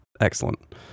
excellent